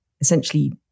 essentially